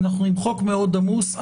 אנחנו עם חוק מאוד עמוס.